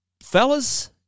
fellas